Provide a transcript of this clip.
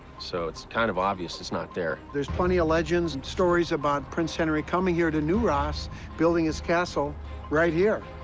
so it's kind of obvious it's not there. there's plenty of legends and stories about prince henry coming here to new ross building his castle right here.